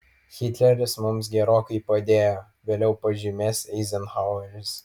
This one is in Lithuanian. hitleris mums gerokai padėjo vėliau pažymės eizenhaueris